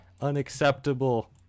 Unacceptable